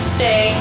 Stay